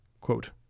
Quote